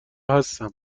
هستم